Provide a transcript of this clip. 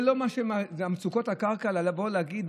זה מצוקות הקרקע, לבוא להגיד?